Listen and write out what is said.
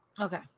okay